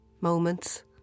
moments